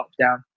lockdown